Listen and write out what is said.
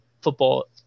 football